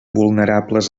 vulnerables